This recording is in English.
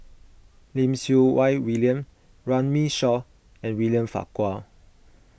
Lim Siew Wai William Runme Shaw and William Farquhar